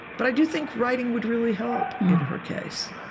but i do think writing would really help, in her case,